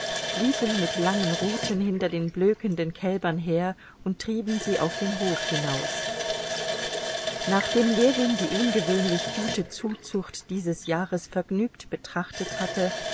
liefen mit langen ruten hinter den blökenden kälbern her und trieben sie auf den hof hinaus nachdem ljewin die ungewöhnlich gute zuzucht dieses jahres vergnügt betrachtet hatte